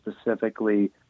specifically